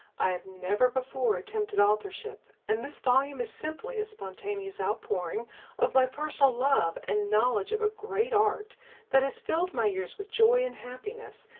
i have never before attempted authorship, and this volume is simply a spontaneous outpouring of my personal love and knowledge of a great art that has filled my years with joy and happiness,